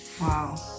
Wow